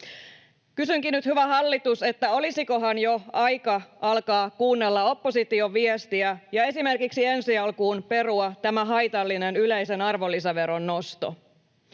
Kysynkin nyt, hyvä hallitus: olisikohan jo aika alkaa kuunnella opposition viestiä ja esimerkiksi ensi alkuun perua tämä haitallinen yleisen arvonlisäveron nosto?